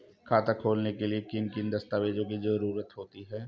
खाता खोलने के लिए किन किन दस्तावेजों की जरूरत होगी?